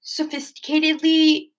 sophisticatedly